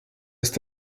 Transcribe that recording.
ist